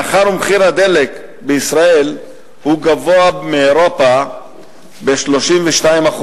מאחר שמחיר הדלק בישראל גבוה מבאירופה ב-32%,